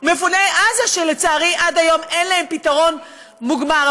מפוני עזה, שלצערי עד היום אין להם פתרון מוגמר.